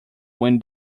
win